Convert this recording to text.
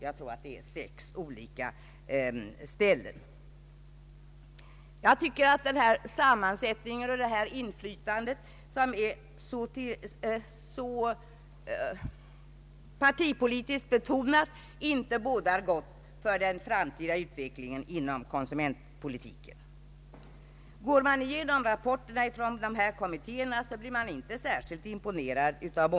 Jag tycker att den nuvarande partipolitiskt betonade sammansättningen inte bådar gott för den framtida utvecklingen inom <konsumentpolitiken. Går man igenom rapporterna från dessa kommittéer, finner man mycket som man inte blir särskilt imponerad av.